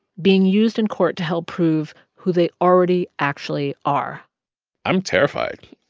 being used in court to help prove who they already actually are i'm terrified.